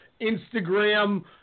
Instagram